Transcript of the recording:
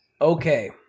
Okay